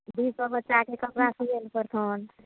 दूइ सए बच्चाके कपड़ा सिअला पड़तनि